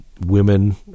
women